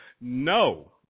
No